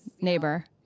Neighbor